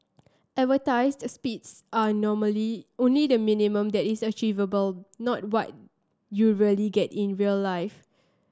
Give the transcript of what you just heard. advertised speeds are only the minimum that is achievable not what you really get in real life